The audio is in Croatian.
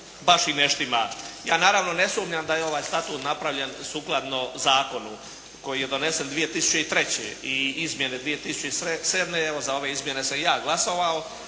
baš i ne štima. Ja naravno ne sumnjam da je ovaj Statut napravljen sukladno zakonu koji je donesen 2003. i izmjene 2007. evo za ove izmjene sam i ja glasovao.